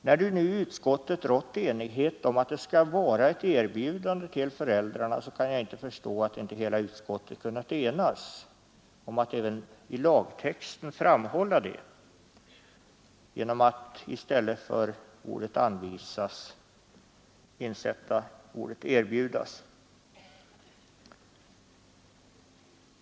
När det nu i utskottet rått enighet om att det skall vara ett erbjudande till föräldrarna, kan jag inte förstå att inte hela utskottet kunnat enas om att även i lagtexten framhålla det genom att i stället för ordet ”anvisas” insätta ordet ”erbjudas”.